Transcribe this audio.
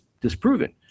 disproven